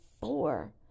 four